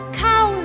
cow